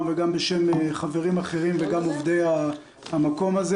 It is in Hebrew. וגם בשם חברים אחרים וגם עובדי המקום הזה